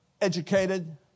educated